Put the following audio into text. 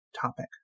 topic